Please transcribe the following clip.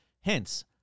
Hence